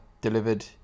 delivered